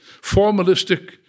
formalistic